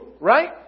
right